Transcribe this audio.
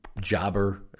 jobber